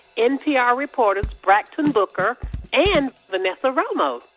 npr reporters brakkton booker and vanessa romo.